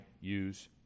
use